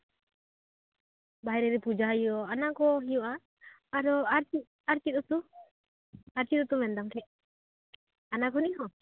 ᱵᱟᱭᱨᱮ ᱨᱮ ᱯᱩᱡᱟᱹ ᱦᱩᱭᱩᱜ ᱚᱱᱟ ᱠᱚ ᱦᱩᱭᱩᱜᱼᱟ ᱟᱨᱚ ᱟᱨ ᱪᱮᱫ ᱩᱛᱩ ᱟᱨ ᱪᱮᱫ ᱩᱛᱩ ᱢᱮᱱᱫᱟᱢ ᱛᱟᱞᱦᱮ ᱚᱱᱟ ᱠᱚ ᱱᱤᱭᱮ ᱦᱚᱸ